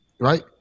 Right